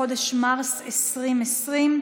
בחודש מרץ 2020,